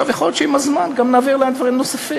יכול להיות שעם הזמן גם נעביר להם דברים נוספים,